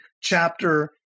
chapter